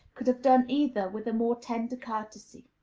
could have done either with a more tender courtesy.